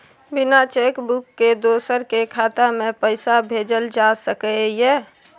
बिना cheque book के दोसर के खाता में पैसा भेजल जा सकै ये?